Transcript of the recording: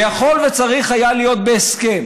זה יכול וצריך היה להיות בהסכם.